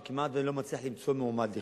שאני כמעט לא מצליח למצוא מועמד.